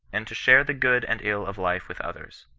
and to share the good and ill of life with others.